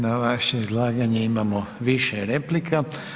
Na vaše izlaganje imamo više replika.